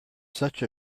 such